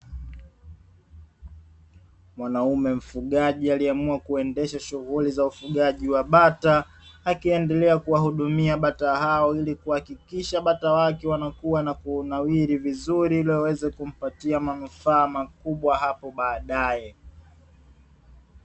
Mwanaume mfugaji aliyeamua kuendesha shughuli za ufugaji wa bata, akiendelea kuhadumia bata hao ili kuhakikisha bata wake wanakua na kunawiri vizuri ili waweze kumpatia manufaa makubwa baadaye.